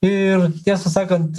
ir tiesą sakant